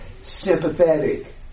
sympathetic